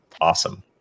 awesome